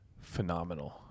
phenomenal